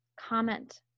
comment